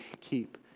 keep